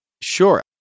Sure